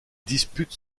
dispute